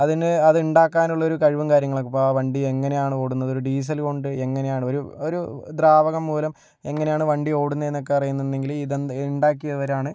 അതിനു അതുണ്ടാക്കാനുള്ളൊരു കഴിവും കാര്യങ്ങളൊക്കെ ഇപ്പോൾ ആ വണ്ടി എങ്ങനെയാണു ഓടുന്നത് ഒരു ഡീസലുകൊണ്ട് എങ്ങനെയാണു ഒരു ഒരു ദ്രാവകം മൂലം എങ്ങനെയാണ് വണ്ടി ഓടുന്നതെന്നൊക്കെ അറിയുന്നുണ്ടെങ്കില് ഇത് ഉണ്ടാക്കിയവരാണ്